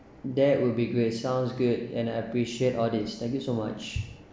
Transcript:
there will be great sounds good and I appreciate all this thank you so much